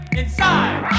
inside